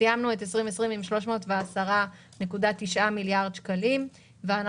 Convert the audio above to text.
סיימנו את שנת 2020 עם 310.9 מיליארד שקלים ואנחנו